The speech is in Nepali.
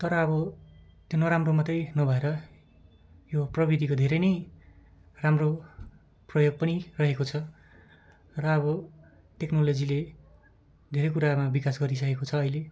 तर अब त्यो नराम्रो मात्रै नभएर यो प्रविधिको धेरै नै राम्रो प्रयोग पनि रहेको छ र अब टेक्नोलोजीले धेरै कुरामा विकास गरिसकेको छ अहिले